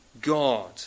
god